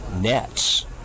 Nets